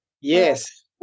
Yes